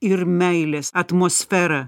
ir meilės atmosferą